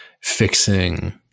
fixing